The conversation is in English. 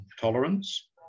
tolerance